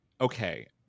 okay